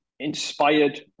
inspired